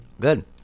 Good